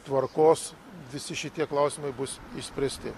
tvarkos visi šitie klausimai bus išspręsti